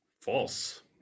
False